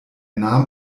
nahm